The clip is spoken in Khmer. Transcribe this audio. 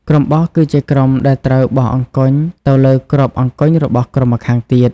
ក្រុមបោះ គឺជាក្រុមដែលត្រូវបោះអង្គញ់ទៅលើគ្រាប់អង្គញ់របស់ក្រុមម្ខាងទៀត ។